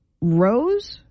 Rose